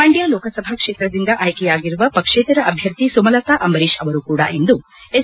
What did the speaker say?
ಮಂಡ್ಣ ಲೋಕಸಭಾ ಕ್ಷೇತ್ರದಿಂದ ಆಯ್ಕೆಯಾಗಿರುವ ಪಕ್ಷೇತರ ಅಭ್ಯರ್ಥಿ ಸುಮಲತಾ ಅಂಬರೀಶ್ ಅವರು ಕೂಡ ಇಂದು ಎಸ್